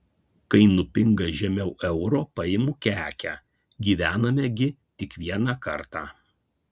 kai nupigina žemiau euro paimu kekę gyvename gi tik vieną kartą